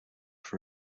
for